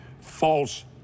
false